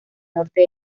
norte